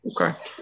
okay